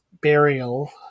burial